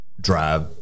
drive